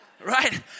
Right